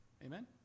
Amen